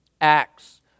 Acts